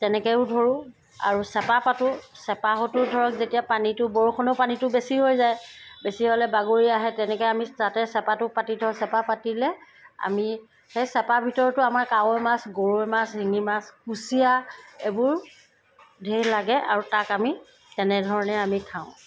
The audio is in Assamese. তেনেকৈও ধৰোঁ আৰু চেপা পাতোঁ চেপাতো ধৰক যেতিয়া পানীটো বৰষুণৰ পানীটো বেছি হৈ যায় বেছি হ'লে বাগৰি আহে তেনেকৈ আমি তাতে চেপাটো পাতি থওঁ চেপা পাতিলে আমি সেই চেপাৰ ভিতৰতো আমাৰ কাৱৈ মাছ গৰৈ মাছ শিঙি মাছ কুঁছিয়া এইবোৰ ঢেৰ লাগে আৰু তাক আমি তেনেধৰণে আমি খাওঁ